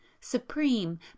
supreme